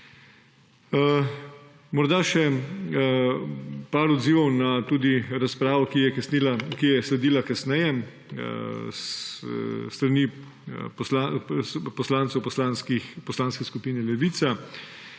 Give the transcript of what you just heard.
Morda še nekaj odzivov tudi na razpravo, ki je sledila kasneje s strani poslancev Poslanske skupine Levica.